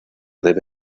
debe